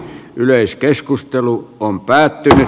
yleiskeskustelu on päätti